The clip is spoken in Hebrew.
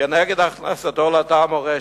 כנגד הכנסתו לאתר המורשת.